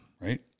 Right